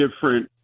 different